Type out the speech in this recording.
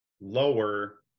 lower